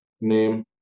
name